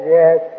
yes